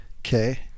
Okay